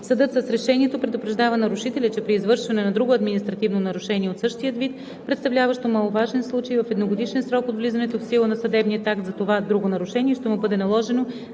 съдът с решението предупреждава нарушителя, че при извършване на друго административно нарушение от същия вид, представляващо маловажен случай, в едногодишен срок от влизането в сила на съдебния акт, за това друго нарушение ще му бъде наложено